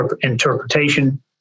interpretation